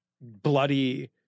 bloody